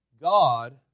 God